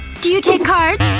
do you take cards?